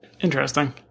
Interesting